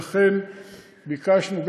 ולכן ביקשנו,